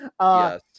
Yes